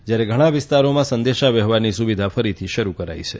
જ્યારે ઘણા વિસ્તારોમાં સંદેશાવ્યવહારની સુવિધા ફરીથી શરૂ કરાઇ છે